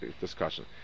discussion